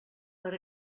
per